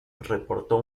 reportó